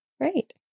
Great